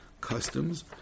customs